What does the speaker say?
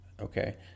Okay